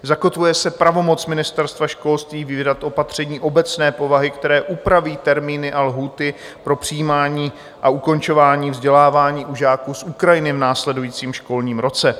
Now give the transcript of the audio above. Zakotvuje se pravomoc Ministerstva školství vydat opatření obecné povahy, které upraví termíny a lhůty pro přijímání a ukončování vzdělávání u žáků z Ukrajiny v následujícím školním roce.